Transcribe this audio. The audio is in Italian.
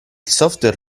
software